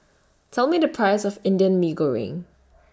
Tell Me The Price of Indian Mee Goreng